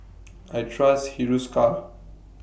I Trust Hiruscar